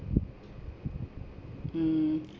mm